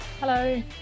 Hello